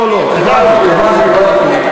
היועץ המשפטי הביע את חוות דעתו,